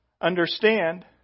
understand